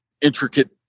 intricate